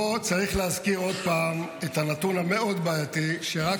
פה צריך להזכיר עוד פעם את הנתון המאוד-בעייתי: רק